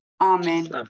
Amen